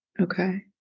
Okay